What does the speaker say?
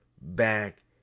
back